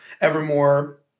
Evermore